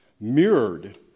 mirrored